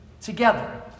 together